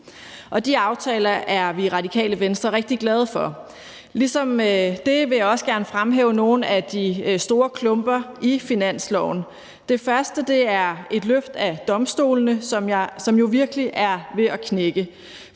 De aftaler er vi i Radikale Venstre rigtig glade for. Ligeledes vil jeg også gerne fremhæve nogle af de store klumper i finanslovsforslaget. Den første er et løft af domstolene, som jo virkelig er ved at knække.